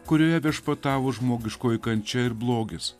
kurioje viešpatavo žmogiškoji kančia ir blogis